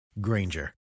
Granger